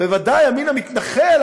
בוודאי הימין המתנחל,